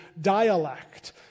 dialect